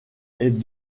est